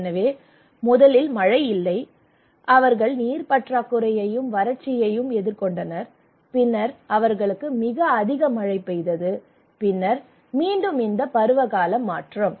எனவே முதலில் மழை இல்லை அவர்கள் நீர் பற்றாக்குறையையும் வறட்சியையும் எதிர்கொண்டனர் பின்னர் அவர்களுக்கு மிக அதிக மழை பெய்தது பின்னர் மீண்டும் இந்த பருவகால மாற்றம்